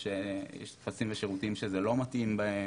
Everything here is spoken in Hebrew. יש טפסים ושירותים שזה לא מתאים בהם,